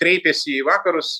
kreipėsi į vakarus